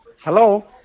Hello